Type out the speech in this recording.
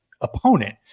opponent